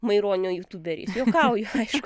maironio jutuberiais juokauju aišku